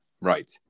Right